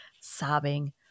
sobbing